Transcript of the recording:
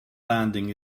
landing